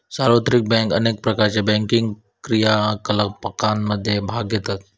सार्वत्रिक बँक अनेक प्रकारच्यो बँकिंग क्रियाकलापांमध्ये भाग घेतत